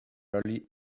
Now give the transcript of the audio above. early